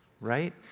right